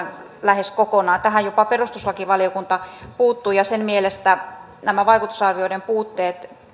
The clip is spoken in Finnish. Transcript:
lähes kokonaan tähän jopa perustuslakivaliokunta puuttui ja sen mielestä vaikutusarvioinnin puutteiden